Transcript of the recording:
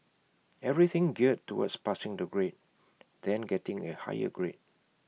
everything geared towards passing the grade then getting A higher grade